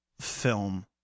film